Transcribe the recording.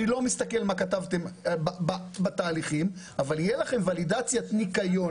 אני לא מסתכל מה כתבתם בתהליכים אבל תהיה לכם ולידציית ניקיון